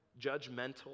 judgmental